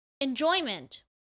Enjoyment